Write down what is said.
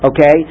okay